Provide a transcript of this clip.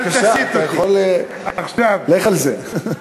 בבקשה, לך על זה.